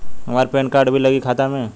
हमार PAN card भी लगी खाता में?